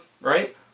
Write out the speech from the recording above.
right